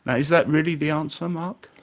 and is that really the answer, mark?